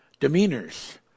demeanors